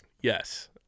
Yes